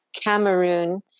Cameroon